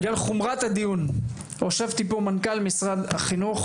בגלל חומרת הדיון הושבתי פה מנכ"ל משרד החינוך